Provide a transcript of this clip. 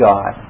God